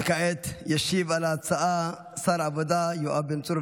כעת ישיב על ההצעה שר העבודה יואב בן צור.